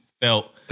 felt